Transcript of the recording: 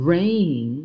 Rain